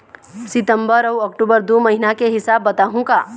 सितंबर अऊ अक्टूबर दू महीना के हिसाब बताहुं का?